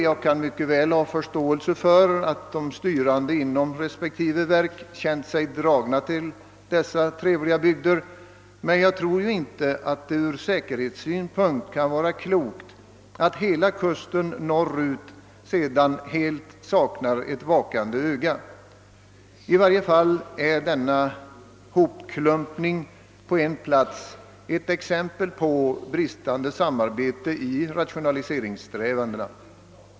Jag kan mycket väl förstå att de styrande inom respektive verk känt sig dragna till dessa trevliga bygder, men jag tror inte att det ur säkerhetssynpunkt kan vara klokt att hela kusten norrut saknar ett vakande öga. I varje fall är denna hopklumpning på en plats ett exempel på bristande samarbete i rationaliseringssträvandena.